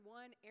one